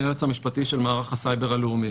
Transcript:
אני היועץ המשפטי של מערך הסייבר הלאומי.